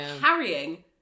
carrying